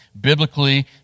Biblically